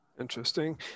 Interesting